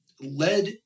led